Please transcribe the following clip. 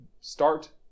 start